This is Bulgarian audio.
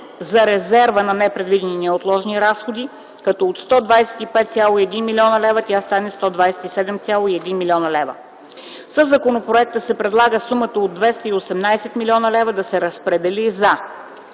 на резерва за непредвидени и неотложни разходи, като от 125,1 млн. лв. да стане 127,1 млн. лв. Със законопроекта се предлага сумата от 218 млн. лв. да се разпредели за: